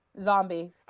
Zombie